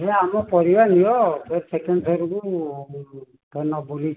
ଆରେ ଆଗ ଆମ ପରିବା ନିଅ ଫେର୍ ସେକେଣ୍ଡ୍ ଥରକୁ ଫେର୍ ନ ବୁଲିକି